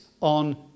on